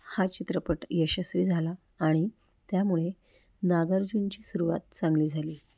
हा चित्रपट यशस्वी झाला आणि त्यामुळे नागार्जुनची सुरुवात चांगली झाली